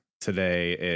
today